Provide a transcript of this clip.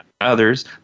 others